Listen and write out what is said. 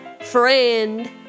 friend